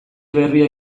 berria